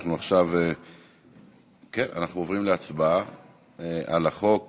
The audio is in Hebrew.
אנחנו עוברים להצבעה על הצעת